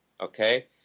Okay